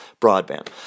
broadband